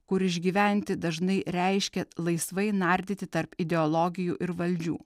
kur išgyventi dažnai reiškia laisvai nardyti tarp ideologijų ir valdžių